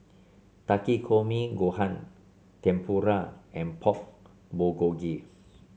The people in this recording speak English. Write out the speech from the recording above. Takikomi Gohan Tempura and Pork Bulgogi